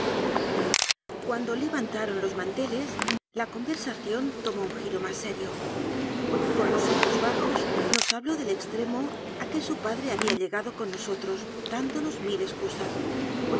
cuando levantaron los manteles la conversación tomó un giro más serio con los ojos bajos nos habló del extremo a que su padre había llegado con nosotros dándonos mil excusas